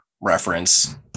reference